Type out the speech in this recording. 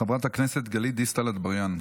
חברת הכנסת גלית דיסטל אטבריאן.